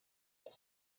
get